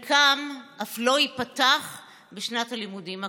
חלקם אף לא ייפתחו בשנת הלימודים הקרובה.